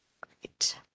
Great